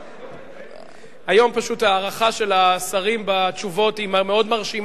היום פשוט ההארכה של השרים בתשובות היא מאוד מרשימה,